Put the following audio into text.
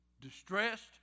distressed